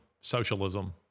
socialism